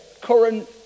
current